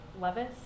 Levis